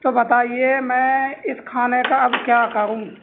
تو بتائیے میں اس کھانے کا اب کیا کروں